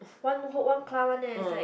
one whole one clump one eh it's like